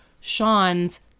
Sean's